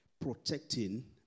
protecting